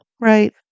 Right